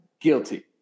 guilty